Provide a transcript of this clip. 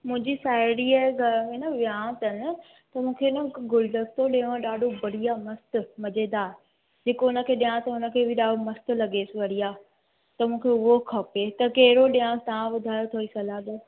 मुंहिंजी साहिड़ी जे घर में न वियांउ अथनि त मूंखे न गुलदस्तो ॾियणो ॾाढो बढ़िया मस्तु मज़ेदारु जेको हुन खे ॾियां त हुन खे बि ॾाढो मस्तु लॻेसि बढ़िया त मूंखे उहो खपे त कहिड़ो ॾियांसि तव्हां ॿुधायो थोरी सलाह ॾियो